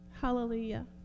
Hallelujah